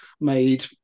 made